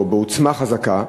או בעוצמה חזקה.